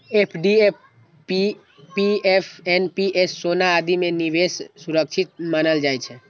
FD, PPF, NPS, सोना आदि मे निवेश सुरक्षित मानल जाइ छै